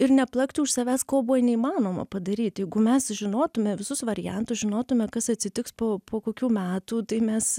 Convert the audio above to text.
ir neplakti už savęs ko buvo neįmanoma padaryt jeigu mes žinotume visus variantu žinotume kas atsitiks po po kokių metų tai mes